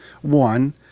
one